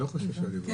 לא חושב שדיווחו.